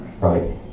right